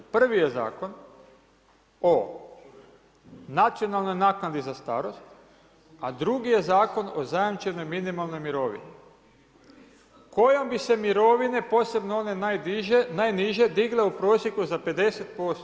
Prvi je zakon o nacionalnoj naknadi za starost, a drugi je Zakon o zajamčenoj minimalnoj mirovini, kojom bi se mirovine posebno, one najniže digle u prosjeku za 50%